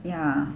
ya